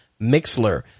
Mixler